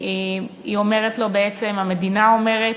היא אומרת לו בעצם, המדינה אומרת: